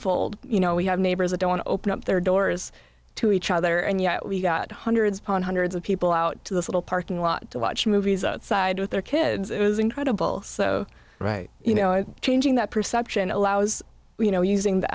tenfold you know we have neighbors that don't open up their doors to each other and yet we got hundreds upon hundreds of people out to this little parking lot to watch movies outside with their kids it was incredible so right you know changing that perception allows you know using th